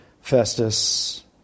Festus